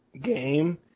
game